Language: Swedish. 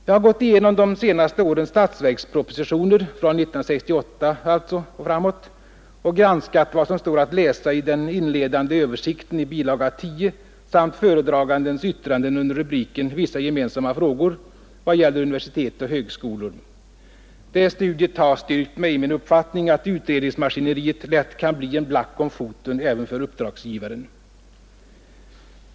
Jag har gått igenom de senaste årens statsverkspropositioner, från 1968 och framåt, och granskat vad som står att läsa i den inledande översikten i bilaga 10 samt föredragandens yttranden under rubriken ”Vissa gemensamma frågor” i vad gäller universitet och högskolor. Det studiet har styrkt mig i min uppfattning att utredningsmaskineriet lätt kan bli en black om foten även för uppdragsgivaren.